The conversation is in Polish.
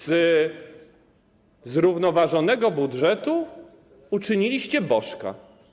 Ze zrównoważonego budżetu uczyniliście bożka.